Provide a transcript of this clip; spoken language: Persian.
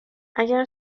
اگر